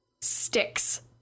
sticks